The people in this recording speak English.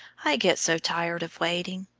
i get so tired of waiting.